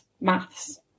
maths